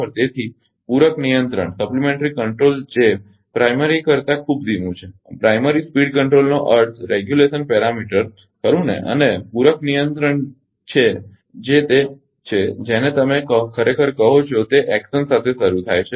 તેથી પૂરક નિયંત્રણ જે પ્રાથમિક કરતા ખૂબ ધીમું છે પ્રાથમિક સ્પીડ કંટ્રોલનો અર્થ રેગ્યુલેશન પેરામીટર ખરુ ને અને પૂરક નિયંત્રણ છે જે તે છે જેને તમે ખરેખર કહો છો તે ક્રિયા સાથે શરૂ થાય છે